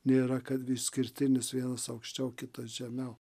nėra kad išskirtinis vienas aukščiau kitas žemiau